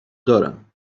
دارم